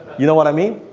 you know what i mean?